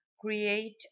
create